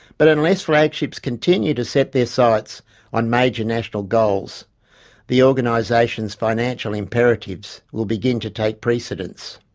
but unless flagships continue to set their sights on major national goals the organisation's financial imperatives will begin to take precedence.